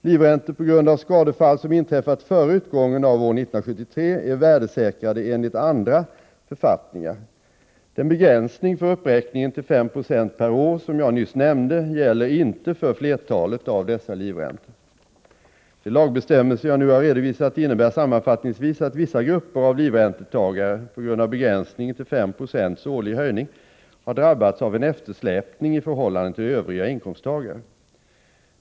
Livräntor på grund av skadefall som inträffat före utgången av 1973 är värdesäkrade enligt andra författningar. Den begränsning för uppräkningen till 5 90 per år som jag nyss nämnde gäller inte för flertalet av dessa livräntor. De lagbestämmelser jag nu har redovisat innebär sammanfattningsvis att vissa grupper av livräntetagare — på grund av begränsningen till 5 96 årlig höjning — har drabbats av en eftersläpning i förhållande till övriga inkomsttagare.